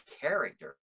character